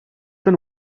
been